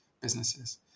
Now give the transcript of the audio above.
businesses